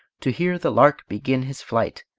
to hear the lark begin his flight,